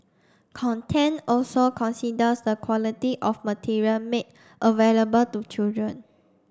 content also considers the quality of material made available to children